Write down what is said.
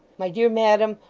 my dear madam,